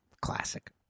Classic